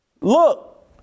look